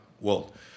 world